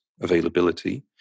availability